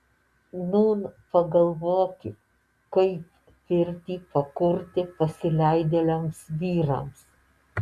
nūn pagalvoki kaip pirtį pakurti pasileidėliams vyrams